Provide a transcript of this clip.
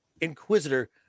inquisitor